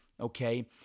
okay